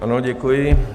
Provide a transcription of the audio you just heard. Ano, děkuji.